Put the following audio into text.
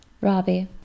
Robbie